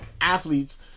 athletes